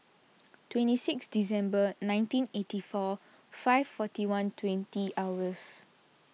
twenty six December nineteen eighty four five forty one twenty hours